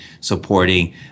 supporting